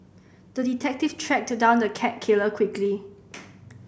the detective tracked down the cat killer quickly